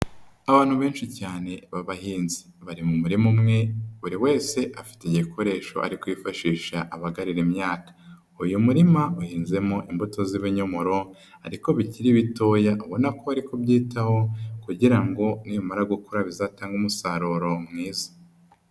Abantu benshi cyane b'abahinzi bari mu murima umwe buri wese afite igikoresho ari kwifashisha abagarira imyaka, uyu murima uhinzemo imbuto z'ibinyomoro ariko bikiri bitoya ubona ko bari kubyitaho kugira ngo nibimara gukura bizatange umusaruro mwiza.